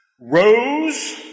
rose